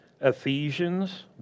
Ephesians